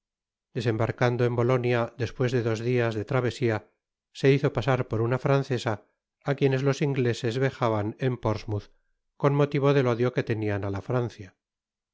desembarcando en bolonia despues de dos dias de travesia se hizo pasar por una francesa á quien los ingleses vejaban en portsmouth con motivo del odio que tenian á la francia